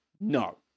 No